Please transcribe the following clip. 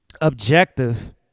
objective